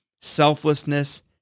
selflessness